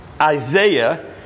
Isaiah